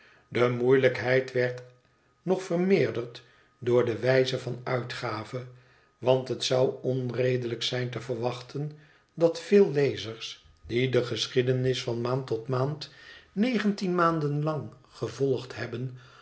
de moeilijkheid werd nog vermeerderd door de wijze van uitgave want het zou onredelijk zijn te verwachten dat veel lezers die de geschiedenis van maand tot maand negentien maanden lang gevolgd hebben